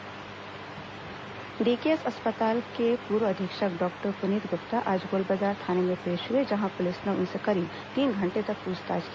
Puneet Gupta DKS अस्पताल के पूर्व अधीक्षक डॉक्टर पुनीत गुप्ता आज गोलबाजार थाने में पेश हुए जहां पुलिस ने उनसे करीब तीन घंटे तक पूछताछ की